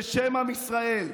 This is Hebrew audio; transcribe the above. בשם עם ישראל,